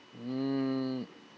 mm